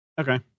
Okay